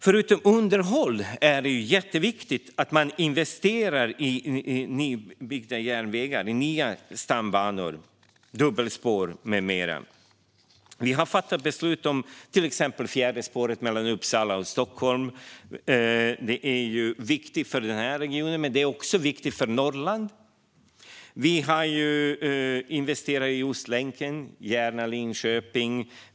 Förutom underhåll är det jätteviktigt att man investerar i nybyggda järnvägar - nya stambanor, dubbelspår med mera. Vi har fattat beslut om till exempel det fjärde spåret mellan Uppsala och Stockholm. Det är viktigt för den här regionen men också för Norrland. Vi har investerat i Ostlänken Järna-Linköping.